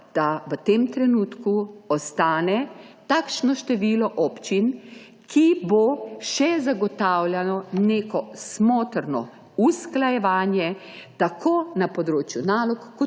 da v tem trenutku ostane takšno število občin, ki bo še zagotavljalo neko smotrno usklajevanje tako na področju nalog kot